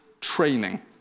training